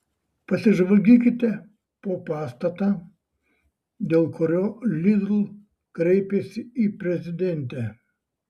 pasižvalgykite po pastatą dėl kurio lidl kreipėsi į prezidentę